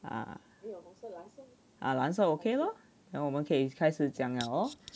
啊啊蓝色 okay lor then 我们可以开始讲哦